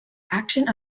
action